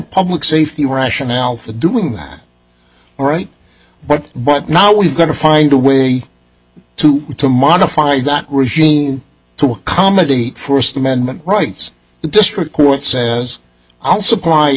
public safety rationale for doing that all right but but now we've got to find a way to to modify got regime to accommodate first amendment rights the district court says i'll supply